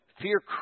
Fear